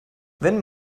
wenn